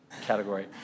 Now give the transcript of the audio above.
category